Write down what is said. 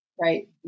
right